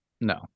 No